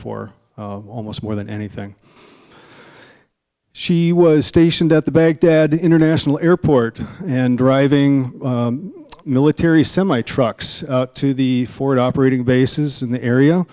for almost more than anything she was stationed at the baghdad international airport and driving military semi trucks to the forward operating bases in the area